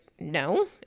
No